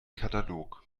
katalog